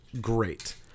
great